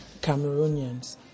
Cameroonians